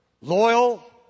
loyal